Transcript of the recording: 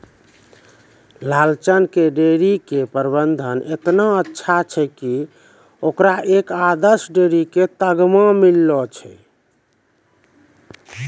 लालचन के डेयरी के प्रबंधन एतना अच्छा छै कि होकरा एक आदर्श डेयरी के तमगा मिललो छै